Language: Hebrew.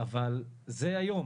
זה היום,